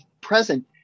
present